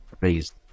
raised